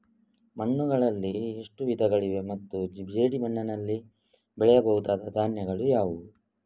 ಮಣ್ಣುಗಳಲ್ಲಿ ಎಷ್ಟು ವಿಧಗಳಿವೆ ಮತ್ತು ಜೇಡಿಮಣ್ಣಿನಲ್ಲಿ ಬೆಳೆಯಬಹುದಾದ ಧಾನ್ಯಗಳು ಯಾವುದು?